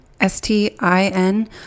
S-T-I-N